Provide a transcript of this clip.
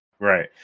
Right